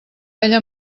ella